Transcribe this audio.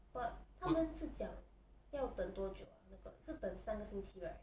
but 他们是讲要等多久 ah 那个是等三个星期 right